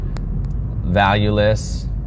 valueless